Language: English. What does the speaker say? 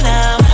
now